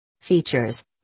Features